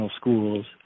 schools